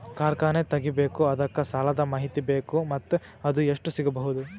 ಕಾರ್ಖಾನೆ ತಗಿಬೇಕು ಅದಕ್ಕ ಸಾಲಾದ ಮಾಹಿತಿ ಬೇಕು ಮತ್ತ ಅದು ಎಷ್ಟು ಸಿಗಬಹುದು?